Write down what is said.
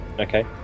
Okay